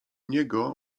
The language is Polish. niego